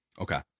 Okay